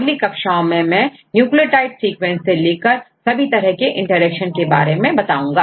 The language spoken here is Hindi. अगली कक्षाओं में मैं न्यूक्लियोटाइड सीक्वेंस से लेकर सभी तरह के इंटरेक्शंस के बारे में बताऊंगा